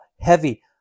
heavy